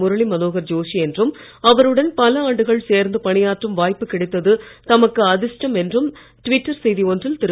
முரளி மனோகர் ஜோஷி என்றும் அவருடன் பல ஆண்டுகள் சேர்ந்து பணியாற்றும் வாய்ப்பு கிடைத்தது தமக்கு அதிர்ஷ்டம் என்றும் டிவிட்டர் செய்தி ஒன்றில் திரு